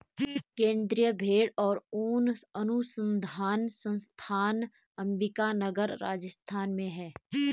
केन्द्रीय भेंड़ और ऊन अनुसंधान संस्थान अम्बिका नगर, राजस्थान में है